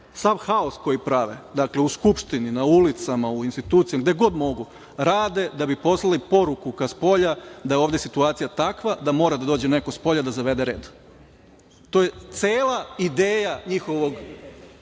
sav haos koji prave u Skupštini, na ulicama, u institucijama, gde god mogu, rade da bi poslali poruku ka spolja da je ovde situacija takva da mora da dođe neko spolja da zavede red. To je cela ideja njihovog